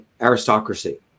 aristocracy